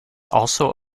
also